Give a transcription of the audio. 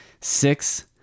Six